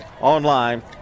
online